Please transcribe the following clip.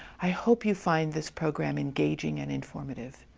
i hope you find this program engaging and informative.